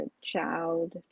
child